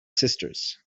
sisters